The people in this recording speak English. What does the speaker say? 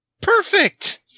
Perfect